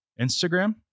Instagram